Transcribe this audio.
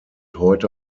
heute